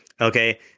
Okay